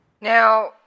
Now